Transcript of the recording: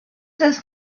this